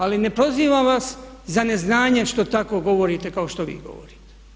Ali ne prozivam vas za neznanje što tako govorite kao što vi govorite.